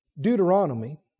Deuteronomy